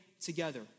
together